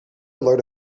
load